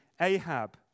Ahab